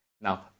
Now